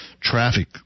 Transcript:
traffic